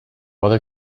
other